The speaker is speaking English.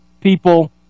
people